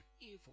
evil